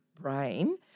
brain